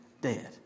dead